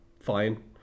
Fine